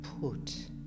put